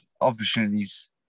opportunities